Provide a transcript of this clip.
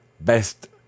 Best